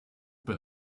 but